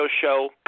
show